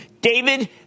David